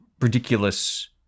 ridiculous